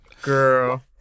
Girl